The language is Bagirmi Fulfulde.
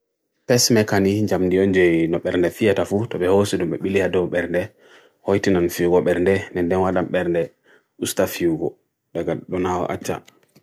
Pes mekani hincham di yunje nopernethiyatafu, tobe hosudum bili ado berneth, hoitinam fugo berneth, nendemwadam berneth, usta fugo. Daga bonaw acha.